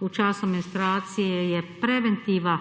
v času menstruacije je preventiva